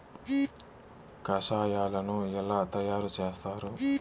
కషాయాలను ఎలా తయారు చేస్తారు?